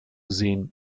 sehen